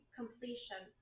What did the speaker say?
completion